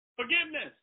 Forgiveness